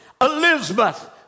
Elizabeth